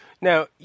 Now